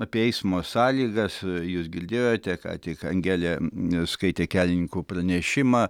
apie eismo sąlygas jūs girdėjote ką tik angelė skaitė kelininkų pranešimą